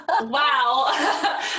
wow